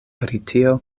britio